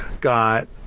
got